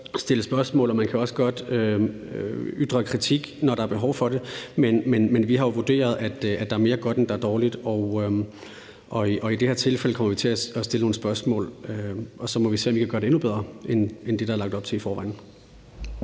stille spørgsmål, og man kan også godt ytre kritik, når der er behov for det. Men vi har jo vurderet, at der er mere godt, end der er dårligt, og i det her tilfælde kommer vi til at stille nogle spørgsmål, og så må vi se, om vi kan gøre det endnu bedre end det, der er lagt op til i forvejen.